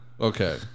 okay